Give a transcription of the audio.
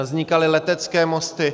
Vznikaly letecké mosty.